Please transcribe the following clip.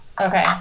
Okay